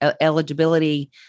eligibility